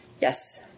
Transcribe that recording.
Yes